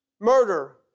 Murder